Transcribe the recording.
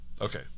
Okay